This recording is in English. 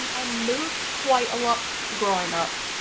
i moved quite a lot growing up.